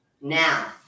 Now